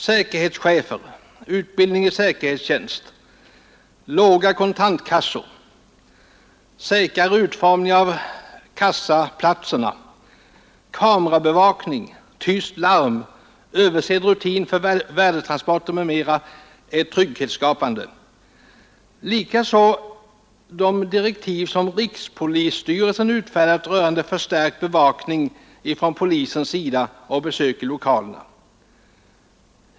Säkerhetschefer, utbildning i säkerhetstjänst, små kontantkassor, säkrare utformning av kassaplatserna, kamerabevakning, tyst larm, översedd rutin för värdetransporter m.m. är trygghetsskapande, likaså åtgärder enligt de direktiv som rikspolisstyrelsen utfärdat rörande förstärkt bevakning från polisens sida och besök i lokalerna.